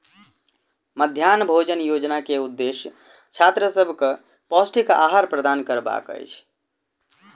मध्याह्न भोजन योजना के उदेश्य छात्र सभ के पौष्टिक आहार प्रदान करबाक अछि